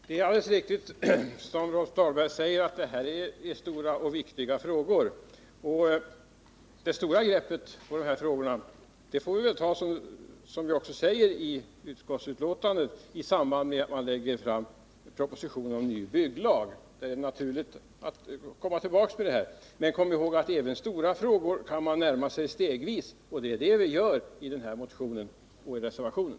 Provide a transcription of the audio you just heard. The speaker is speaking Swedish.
Herr talman! Det är alldeles riktigt som Rolf Dahlberg säger, att det här är stora och viktiga frågor, och det stora greppet på frågorna får vi väl ta — som vi också säger i utskottsbetänkandet — i samband med att man lägger fram propositionen om ny bygglag. Det är naturligt att komma tillbaka till detta. Men kom ihåg att även stora frågor kan man närma sig stegvis, och det är det vi gör i motionen och i reservationen.